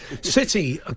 City